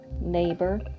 neighbor